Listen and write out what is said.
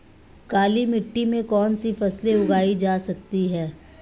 काली मिट्टी में कौनसी फसलें उगाई जा सकती हैं?